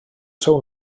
seu